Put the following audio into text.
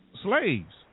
slaves